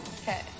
Okay